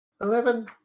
Eleven